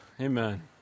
Amen